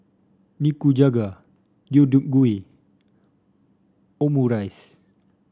Nikujaga Deodeok Gui Omurice